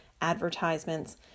advertisements